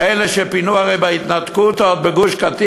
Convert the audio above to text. ואנו מבקשים בגין כך להצביע